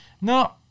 no